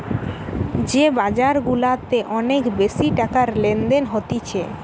যে বাজার গুলাতে অনেক বেশি টাকার লেনদেন হতিছে